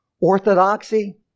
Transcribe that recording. orthodoxy